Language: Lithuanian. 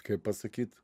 kaip pasakyt